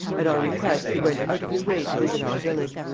at our request, he went out of his way to visit our village.